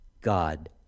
God